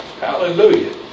Hallelujah